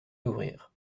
d’ouvrir